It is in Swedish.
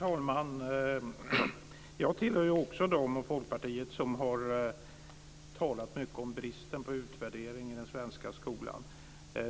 Herr talman! Jag och Folkpartiet tillhör dem som har talat mycket om bristen på utvärdering i den svenska skolan.